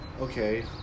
okay